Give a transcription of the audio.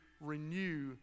renew